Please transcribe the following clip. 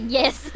yes